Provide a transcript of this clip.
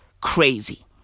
crazy